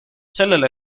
sellele